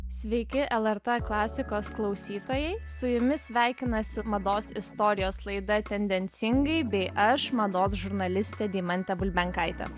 sveiki lrt klasikos klausytojai su jumis sveikinasi mados istorijos laida tendencingai bei aš mados žurnalistė deimantė bulbenkaitė